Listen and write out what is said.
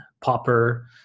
popper